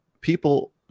people